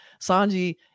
Sanji